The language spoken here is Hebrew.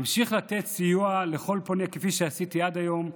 אמשיך לתת סיוע לכל פונה, כפי שעשיתי עד היום.